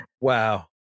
Wow